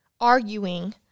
arguing